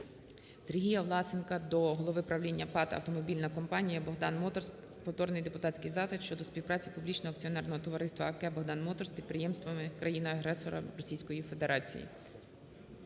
СергіяВласенка до голови правління ПАТ "Автомобільна Компанія "Богдан Моторс" повторний депутатський запит щодо співпраці Публічного акціонерного товариства "АК "Богдан Моторс" із підприємствами країни-агресора Російської Федерації.